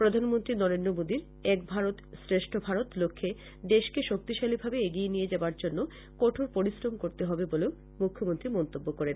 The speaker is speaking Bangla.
প্রধানমন্ত্রী নরেন্দ্র মোদীর এক ভারত শ্রেষ্ঠ ভারতের লক্ষ্যে দেশকে শক্তিশালীভাবে এগিয়ে নিয়ে যাবার জন্য কঠোর পরিশ্রম করতে হবে বলে মুখ্যমন্ত্রী মন্তব্য করেন